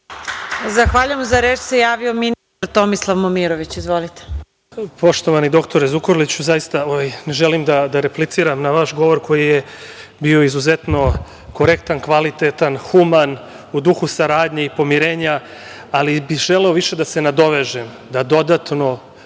Zahvaljujem.Za reč se javio ministar Tomislav Momirović. Izvolite. **Tomislav Momirović** Poštovani dr Zukorliću, zaista ne želim da repliciram na vaš govor koji je bio izuzetno korektan, kvalitetan, human, u duhu saradnje i pomirenja, ali bi želeo više da se nadovežem da dodatno